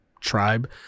tribe